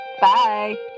Bye